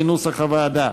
כנוסח הוועדה.